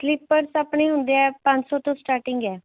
slippers ਆਪਣੇ ਹੁੰਦੇ ਏ ਪੰਜ ਸੌ ਤੋਂ ਸਟਾਰਟਿੰਗ ਹੈ